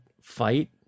fight